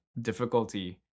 difficulty